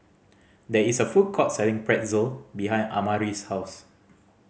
there is a food court selling Pretzel behind Amari's house